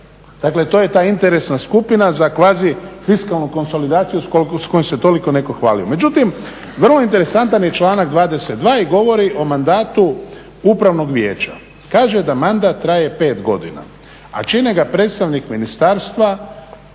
Dakle to je ta interesna skupina za kvazi fiskalnu konsolidaciju s kojom se toliko netko hvalio. Međutim vrlo je interesantan članak 22.i govori o mandatu upravnog vijeća. Kaže da mandat traje 5 godina, a čine ga predstavnik Ministarstva